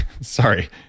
Sorry